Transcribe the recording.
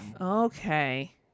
Okay